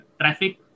traffic